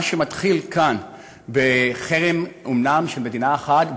מה שמתחיל כאן אומנם בחרם של מדינה אחת,